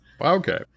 Okay